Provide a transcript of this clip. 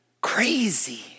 Crazy